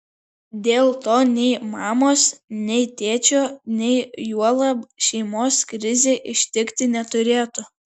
dėl to nei mamos nei tėčio nei juolab šeimos krizė ištikti neturėtų